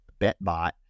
BetBot